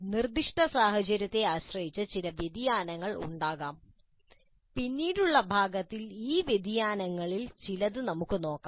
നിർദ്ദിഷ്ട സാഹചര്യത്തെ ആശ്രയിച്ച് ചില വ്യതിയാനങ്ങൾ ഉണ്ടാകാം പിന്നീടുള്ള ഭാഗങ്ങളിൽ ഈ വ്യതിയാനങ്ങളിൽ ചിലത് നമുക്ക് നോക്കാം